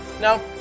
No